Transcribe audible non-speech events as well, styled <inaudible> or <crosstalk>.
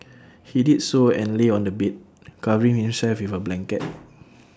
he did so and lay on the bed covering himself with A blanket <noise>